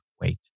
wait